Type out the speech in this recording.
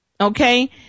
Okay